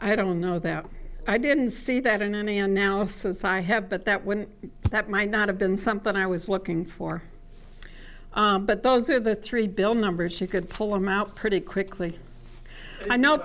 i don't know that i didn't see that in any and now since i have but that wouldn't that might not have been something i was looking for but those are the three bill numbers she could pull them out pretty quickly i know